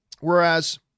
Whereas